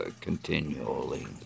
continually